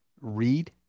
read